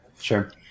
sure